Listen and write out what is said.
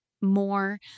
more